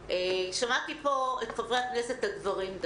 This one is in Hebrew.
שמעתי פה את חברי הכנסת הגברים,